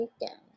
weekend